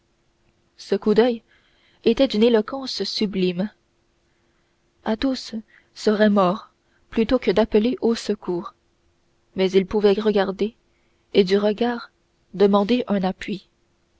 ce coup d'oeil était d'une éloquence sublime athos serait mort plutôt que d'appeler au secours mais il pouvait regarder et du regard demander un appui